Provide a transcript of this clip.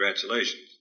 congratulations